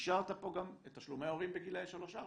אישרת פה גם את תשלומי ההורים בגילאי 3-4?